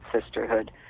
sisterhood